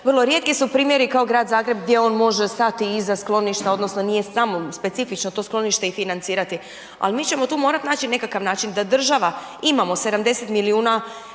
vrlo rijetki su primjeri kao Grad Zagreb gdje on može stati iza skloništa odnosno nije samo specifično to sklonište i financirati, al mi ćemo tu morat naći nekakav način da država, imamo 70 milijuna